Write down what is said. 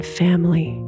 family